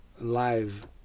live